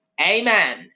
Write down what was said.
Amen